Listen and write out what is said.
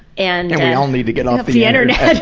and we all need to get off the internet!